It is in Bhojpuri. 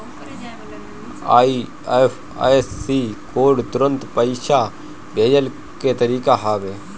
आई.एफ.एस.सी कोड तुरंत पईसा भेजला के तरीका हवे